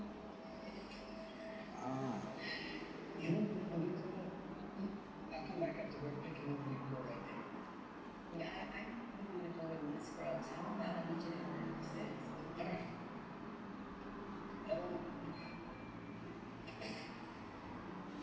ah